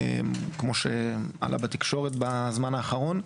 כמו שעלה בתקשורת בזמן האחרון,